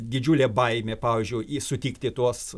didžiulė baimė pavyzdžiui sutikti tuos